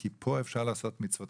כי פה אפשר לעשות מצוות.